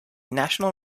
national